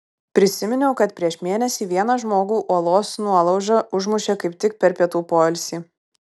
prisiminiau kad prieš mėnesį vieną žmogų uolos nuolauža užmušė kaip tik per pietų poilsį